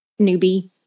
newbie